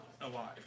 alive